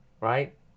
right